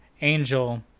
Angel